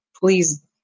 please